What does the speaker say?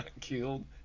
killed